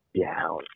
down